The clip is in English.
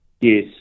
Yes